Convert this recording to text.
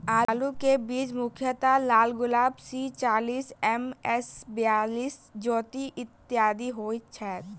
आलु केँ बीज मुख्यतः लालगुलाब, सी चालीस, एम.एस बयालिस, ज्योति, इत्यादि होए छैथ?